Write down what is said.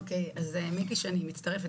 האמת היא שאני מצטרפת,